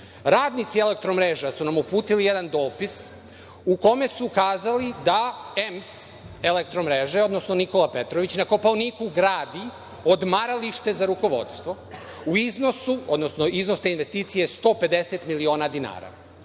Radnici „Elektromreža“ su nam uputili jedan dopis, u kome su ukazali da EMS, „Elektromreže“, odnosno Nikola Petrović, na Kopaoniku gradi odmaralište za rukovodstvo, odnosno iznos te investicije je 150 miliona dinara